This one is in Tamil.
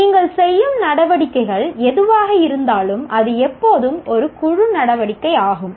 நீங்கள் செய்யும் நடவடிக்கைகள் எதுவாக இருந்தாலும் அது எப்போதும் ஒரு குழு நடவடிக்கையாகும்